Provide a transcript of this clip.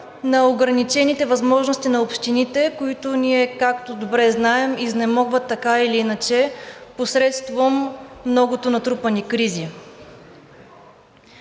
на ограничените възможности на общините, които, както добре знаем, изнемогват така или иначе посредством многото натрупани кризи.